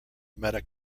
meta